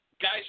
guys